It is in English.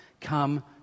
come